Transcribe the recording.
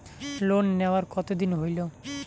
Loan নেওয়ার কতদিন হইল?